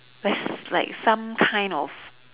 like some kind of